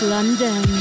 London